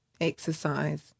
exercise